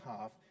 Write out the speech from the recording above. half